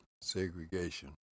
segregation